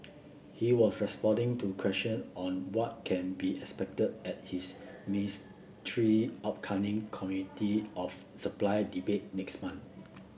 he was responding to question on what can be expected at his ministry upcoming Committee of Supply debate next month